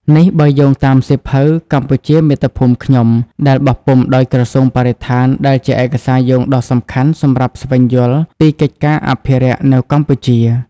នេះបើយោងតាមសៀវភៅ "កម្ពុជាមាតុភូមិខ្ញុំ" ដែលបោះពុម្ពដោយក្រសួងបរិស្ថាន ដែលជាឯកសារយោងដ៏សំខាន់សម្រាប់ស្វែងយល់ពីកិច្ចការអភិរក្សនៅកម្ពុជា។